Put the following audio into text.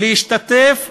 להשתתף בבחירות.